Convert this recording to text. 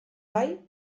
bai